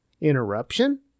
Interruption